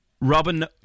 Robin